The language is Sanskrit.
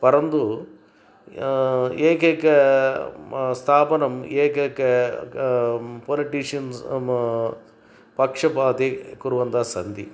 परन्तु एकैक म स्थापनम् एकक क पोलिटिशन्स् म पक्षपातः कुर्वन्तः सन्ति